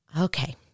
okay